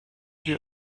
bir